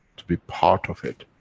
to be part of it.